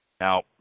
Now